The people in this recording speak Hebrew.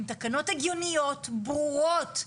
עם תקנות הגיוניות, ברורות.